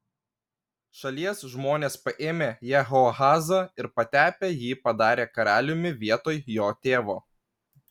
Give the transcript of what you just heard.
šalies žmonės paėmė jehoahazą ir patepę jį padarė karaliumi vietoj jo tėvo